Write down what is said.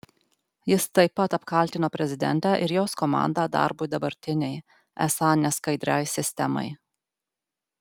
jis taip pat apkaltino prezidentę ir jos komandą darbu dabartinei esą neskaidriai sistemai